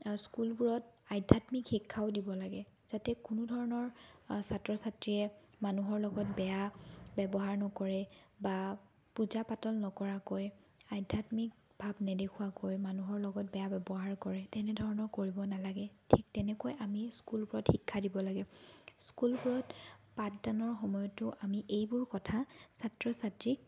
স্কুলবোৰত আধ্যাত্মিক শিক্ষাও দিব লাগে যাতে কোনো ধৰণৰ ছাত্ৰ ছাত্ৰীয়ে মানুহৰ লগত বেয়া ব্যৱহাৰ নকৰে বা পূজা পাতল নকৰাকৈ আধ্যাত্মিক ভাৱ নেদেখুৱাকৈ মানুহৰ লগত বেয়া ব্যৱহাৰ কৰে তেনেধৰণৰ কৰিব নালাগে ঠিক তেনেকৈ আমি স্কুলবোৰত শিক্ষা দিব লাগে স্কুলবোৰত পাঠদানৰ সময়তো আমি এইবোৰ কথা ছাত্ৰ ছাত্ৰীক